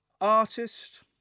artist